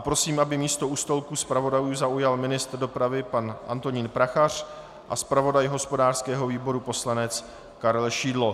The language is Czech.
Prosím, aby místo u stolku zpravodajů zaujal ministr dopravy pan Antonín Prachař a zpravodaj hospodářského výboru poslanec Karel Šidlo.